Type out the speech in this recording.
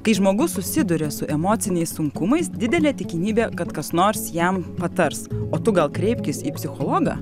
kai žmogus susiduria su emociniais sunkumais didelė tikimybė kad kas nors jam patars o tu gal kreipkis į psichologą